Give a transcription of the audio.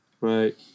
Right